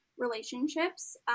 relationships